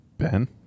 Ben